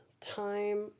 time